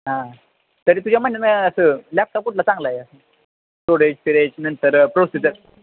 हां तरी तुझ्या म्हणण्यानं असं लॅपटॉप कुठलं चांगला आहे स्टोरेज फिरेज नंतर प्रोसेजर